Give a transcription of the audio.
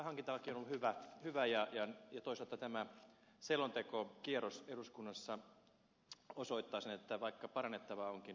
kyllä hankintalaki on ollut hyvä ja toisaalta tämä selontekokierros eduskunnassa osoittaa sen että vaikka parannettavaa onkin niin siinä on myöskin ollut hyvää